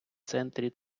центрі